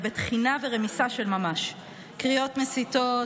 בטחינה ורמיסה של ממש: קריאות מסיתות,